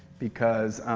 because